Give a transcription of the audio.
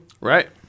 Right